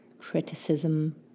criticism